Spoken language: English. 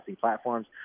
platforms